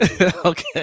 Okay